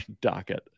docket